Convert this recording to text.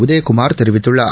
உதயகுமா் தெரிவித்துள்ளார்